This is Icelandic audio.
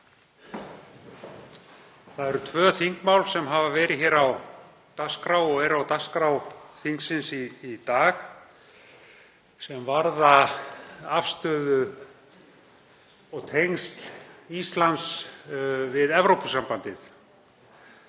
forseti. Tvö þingmál hafa verið hér á dagskrá og eru á dagskrá þingsins í dag sem varða afstöðu og tengsl Íslands við Evrópusambandið.